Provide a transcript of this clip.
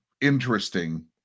interesting